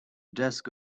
desk